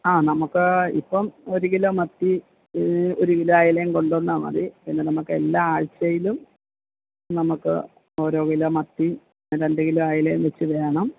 ആ നമുക്ക് ഇപ്പം ഒര് കിലോ മത്തി ഒര് കിലോ അയലയും കൊണ്ടുവന്നാൽ മതി പിന്നെ നമുക്ക് എല്ലാ ആഴ്ച്ചയിലും നമുക്ക് ഓരോ കിലോ മത്തിയും രണ്ട് കിലോ അയലയും വെച്ച് വേണം